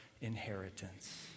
inheritance